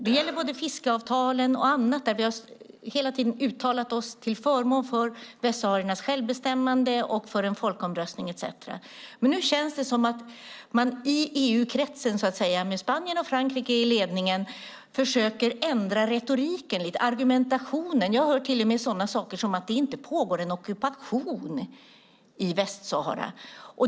Det gäller både fiskeavtal och annat, där vi hela tiden uttalar oss till förmån för västsahariernas självbestämmande och för en folkomröstning etcetera, men nu känns det som att man i EU-kretsen, med Spanien och Frankrike i ledningen, försöker ändra retoriken och argumentationen lite. Jag hör till och med sådant som att det inte skulle pågå någon ockupation i Västsahara.